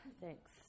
Thanks